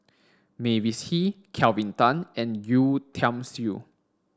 Mavis Hee Kelvin Tan and Yeo Tiam Siew